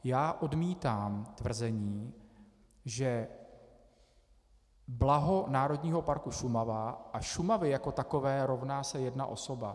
Já odmítám tvrzení, že blaho Národního parku Šumava a Šumavy jako takové rovná se jedna osoba.